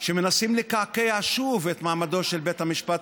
שמנסים לקעקע שוב את מעמדו של בית המשפט